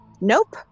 nope